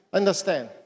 understand